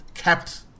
kept